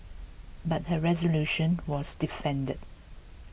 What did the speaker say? but her resolution was defeated